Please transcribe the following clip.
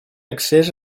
accés